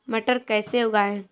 मटर कैसे उगाएं?